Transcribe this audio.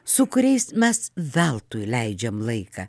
su kuriais mes veltui leidžiam laiką